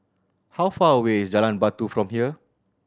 how far away is Jalan Batu from here